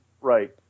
right